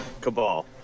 Cabal